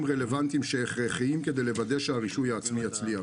רלוונטיים שהכרחיים כדי לוודא שהרישוי העצמי יצליח.